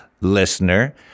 listener